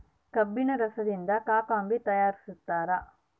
ಕಬ್ಬಿಣ ರಸದಿಂದ ಕಾಕಂಬಿ ತಯಾರಿಸ್ತಾರ